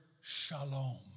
shalom